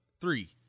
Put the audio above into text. Three